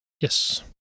Yes